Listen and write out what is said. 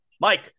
mike